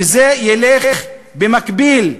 שזה ילך במקביל,